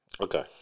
Okay